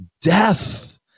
death